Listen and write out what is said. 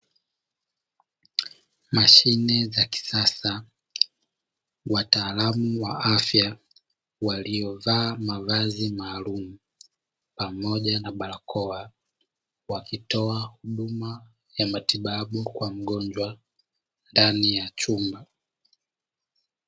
Mashine za kisasa wataalumu wa afya waliovaa mavazi maalumu pamoja na barakoa, wakitoa huduma ya matibabu kwa mgonjwa ndani ya chumba.